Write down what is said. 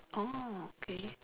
orh okay